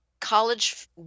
college